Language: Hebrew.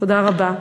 תודה רבה.